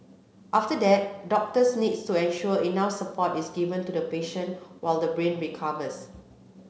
after that doctors need to ensure enough support is given to the patient while the brain recovers